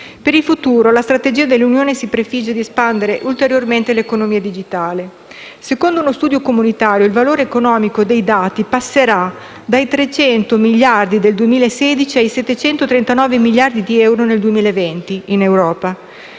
Per il futuro, la strategia dell'Unione si prefigge di espandere ulteriormente l'economia digitale. Secondo uno studio comunitario, il valore economico dei dati passerà in Europa dai 300 miliardi di euro del 2016 ai 739 miliardi di euro nel 2020. Le ultime